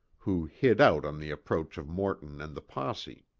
who hid out on the approach of morton and the posse.